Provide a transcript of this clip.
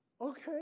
Okay